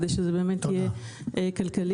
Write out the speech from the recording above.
כדי שזה באמת יהיה כלכלי.